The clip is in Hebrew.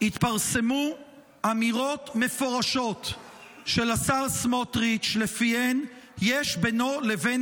התפרסמו אמירות מפורשות של השר סמוטריץ' שלפיהן יש בינו לבין